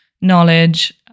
knowledge